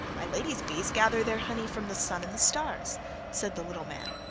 my lady's bees gather their honey from the sun and the stars said the little man.